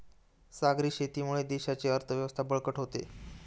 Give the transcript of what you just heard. सागरी शेतीमुळे देशाची अर्थव्यवस्था बळकट होते